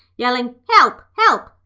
yelling help, help!